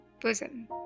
bosom